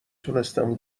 تونستم